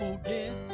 Forget